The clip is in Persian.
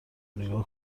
نیگا